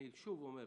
אני שוב אומר,